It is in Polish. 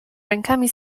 rękami